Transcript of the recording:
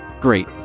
Great